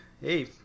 hey